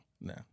no